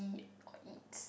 or eat